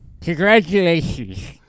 Congratulations